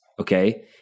Okay